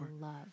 love